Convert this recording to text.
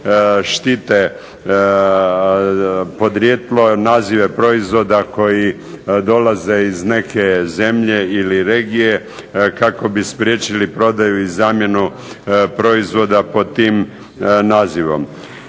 štite podrijetlo, nazive proizvoda koji dolaze iz neke zemlje ili regije, kako bi spriječili prodaju i zamjenu proizvoda pod tim nazivom.